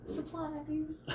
Supplies